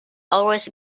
always